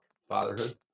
fatherhood